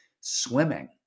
Swimming